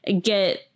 get